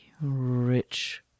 rich